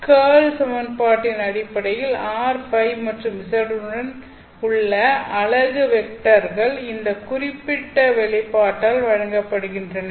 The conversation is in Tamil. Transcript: கேர்ள் சமன்பாட்டின் அடிப்படையில் r Ø மற்றும் z உடன் உள்ள அலகு வெக்டர்கள் இந்த குறிப்பிட்ட வெளிப்பாட்டால் வழங்கப்படுகின்றன